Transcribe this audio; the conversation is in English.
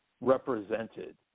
represented